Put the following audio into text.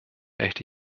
echte